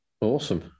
awesome